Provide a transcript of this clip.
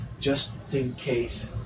just-in-case